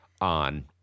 on